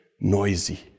noisy